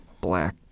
Black